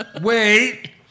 Wait